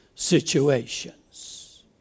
situations